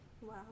Wow